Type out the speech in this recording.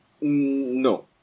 no